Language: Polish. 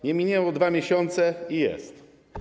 Nie minęły 2 miesiące i jest.